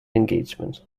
engagement